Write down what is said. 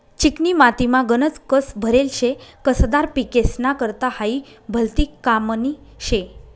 चिकनी मातीमा गनज कस भरेल शे, कसदार पिकेस्ना करता हायी भलती कामनी शे